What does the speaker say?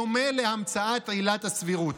בדומה להמצאת עילת הסבירות.